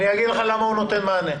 אני אגיד לך למה הוא נותן מענה.